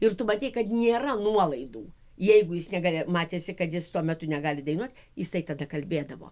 ir tu matei kad nėra nuolaidų jeigu jis negali matėsi kad jis tuo metu negali dainuot jisai tada kalbėdavo